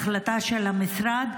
החלטה של המשרד,